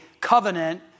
covenant